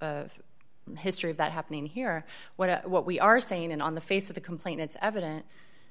necessarily history of that happening here what what we are saying and on the face of the complaint it's evident